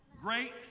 great